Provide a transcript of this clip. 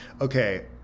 Okay